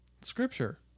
Scripture